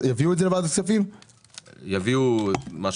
יביאו את זה לוועדת הכספים?